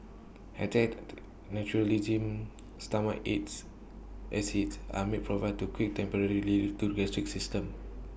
antacid neutralism stomach acid as its and may provide to quick temporary relief to gastric symptoms